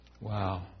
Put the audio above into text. Wow